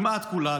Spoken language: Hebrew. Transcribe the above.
כמעט כולה,